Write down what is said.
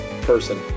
person